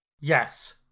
Yes